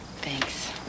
Thanks